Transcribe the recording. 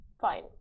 fine